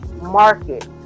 market